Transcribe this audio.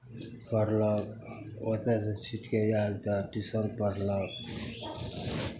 पढ़लक ओतयसँ छुटि कऽ आयल तऽ टीशन पढ़लक